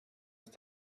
ist